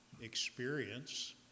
experience